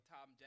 Tom